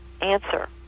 answer